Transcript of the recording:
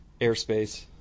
airspace